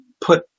put